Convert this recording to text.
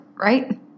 right